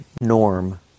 norm